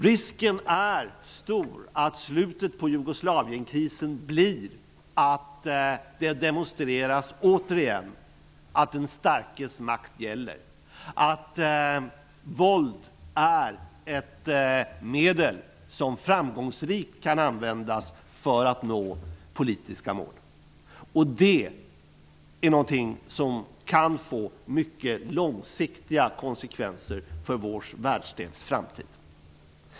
Risken är stor att slutet på Jugoslavienkrisen blir att det återigen demonstreras att den starkes makt gäller, att våld är ett medel som framgångsrikt kan användas för att nå politiska mål. Det är någonting som kan få mycket långsiktiga konsekvenser för vår världsdels framtid.